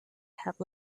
have